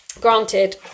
granted